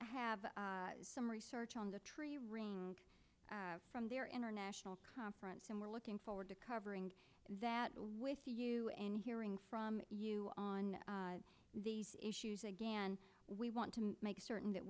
have some research on the tree ring from their international conference and we're looking forward to covering that with you hearing from you on the issues again we want to make certain that